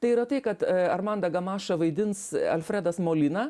tai yra tai kad armandą gamašą vaidins alfredas molina